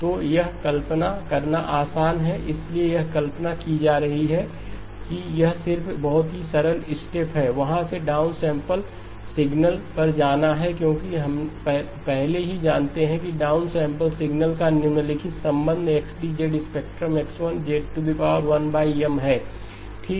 तो यह कल्पना करना आसान है इसलिए यह कल्पना की जा रही है कि यह सिर्फ एक बहुत ही सरल स्टेप है वहां से डाउन सैंपल सिग्नल पर जाना है क्योंकि हम पहले ही जानते हैं कि डाउन सैंपल सिग्नल का निम्नलिखित संबंध XD स्पेक्ट्रम X1Z1M है ठीक